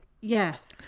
yes